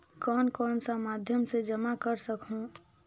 कौन कौन सा माध्यम से जमा कर सखहू?